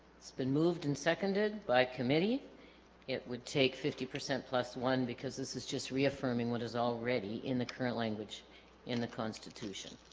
it's been moved and seconded by committee it would take fifty percent plus one because this is just reaffirming what is already in the current language in the constitution